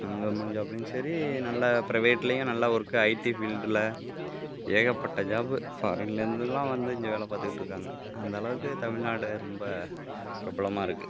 அங்கே முடிஞ்சாப்புலேயும் சரி நல்ல பிரைவேட்லேயும் நல்ல ஒர்க்கு ஐடி ஃபீல்டில் ஏகப்பட்ட ஜாப்பு ஃபாரின்லேருந்துலாம் வந்து இங்கே வேலை பார்த்துகிட்ருக்காங்க அந்தளவுக்கு தமிழ்நாடு ரொம்ப பிரபலமாயிருக்கு